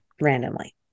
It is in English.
randomly